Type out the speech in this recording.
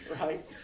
right